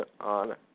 on